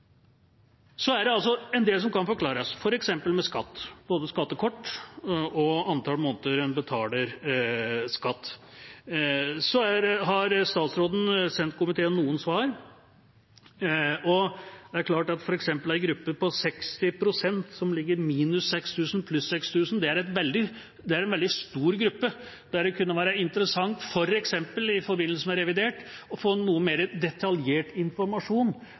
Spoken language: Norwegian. Det er en del som kan forklares, f.eks. med skatt, både skattekort og antall måneder en betaler skatt. Statsråden har sendt komiteen noen svar, og det er klart at f.eks. en gruppe på 60 pst. som ligger pluss/minus 6 000 kr er en veldig stor gruppe. Det kunne være interessant f.eks. i forbindelse med revidert å få noe mer detaljert informasjon